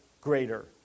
greater